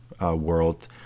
world